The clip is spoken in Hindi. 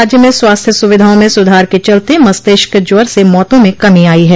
राज्य में स्वास्थ्य सुविधाओं में सुधार के चलते मस्तिष्क ज्वर से मौतों में कमी आई है